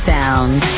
Sound